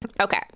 Okay